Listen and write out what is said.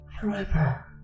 Forever